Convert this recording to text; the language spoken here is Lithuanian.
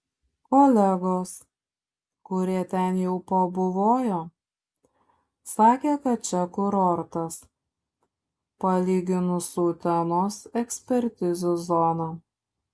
kolegos kurie ten jau pabuvojo sakė kad čia kurortas palyginus su utenos ekspertizių zona